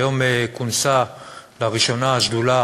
היום כונסה לראשונה השדולה